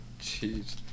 Jeez